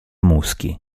muschi